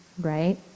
right